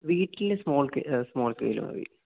വീട്ടില് സ്മാൾ സ്കെയിലില് മതി